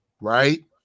Right